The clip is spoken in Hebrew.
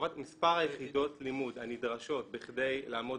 מספר יחידות הלימוד הנדרשות בכדי לעמוד